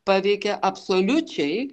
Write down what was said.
paveikė absoliučiai